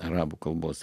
arabų kalbos